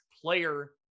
player